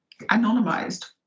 anonymized